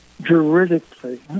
Juridically